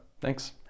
thanks